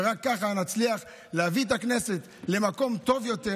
ורק כך נצליח להביא את הכנסת למקום טוב יותר,